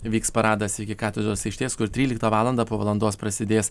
vyks paradas iki katedros aikštės kur tryliktą valandą po valandos prasidės